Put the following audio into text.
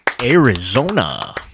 Arizona